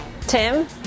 Tim